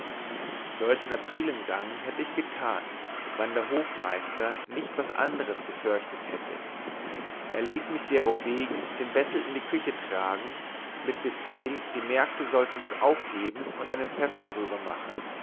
solchen aprilengang hätte ich getan wann der hofmeister nicht was anders geförchtet hätte er hieß mich derowegen den bettel in die küche tragen mit befelch die mägde solltens aufheben und einen pfeffer drüber machen